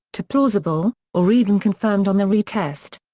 to plausible or even confirmed on the re-test.